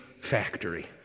factory